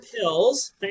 pills